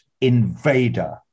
invader